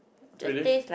really